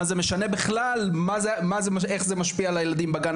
מה זה משנה כיצד זה משפיע על הילדים בגן?